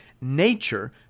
Nature